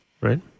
right